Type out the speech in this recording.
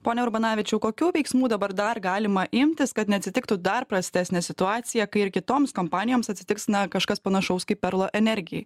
pone urbanavičiau kokių veiksmų dabar dar galima imtis kad neatsitiktų dar prastesnė situacija kai ir kitoms kompanijoms atsitiks na kažkas panašaus kaip perlo energijai